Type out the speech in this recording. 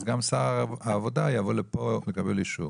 אז גם שר העבודה יבוא לפה לקבל אישור.